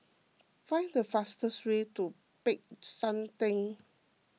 find the fastest way to Peck San theng